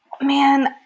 man